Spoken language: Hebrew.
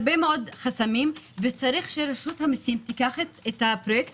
יש הרבה מאוד חסמים וצריך שרשות המיסים תיקח את הפרויקט